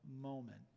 moment